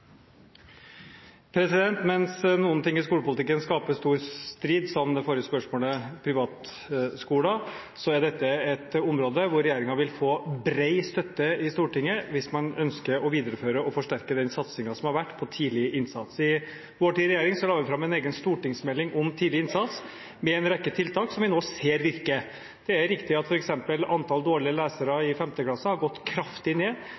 dette et område hvor regjeringen vil få bred støtte i Stortinget hvis man ønsker å videreføre og forsterke den satsingen som har vært på tidlig innsats. I vår tid i regjering la vi fram en egen stortingsmelding om tidlig innsats, med en rekke tiltak som vi nå ser virker. Det er riktig at f.eks. antall dårlige lesere i 5. klasse har gått kraftig ned.